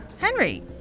Henry